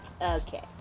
okay